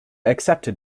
accepted